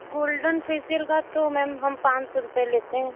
golden facial का तो ma'am हम पाँच सौ रुपये लेते हैं